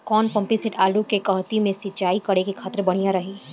कौन pumping set आलू के कहती मे सिचाई करे खातिर बढ़िया रही?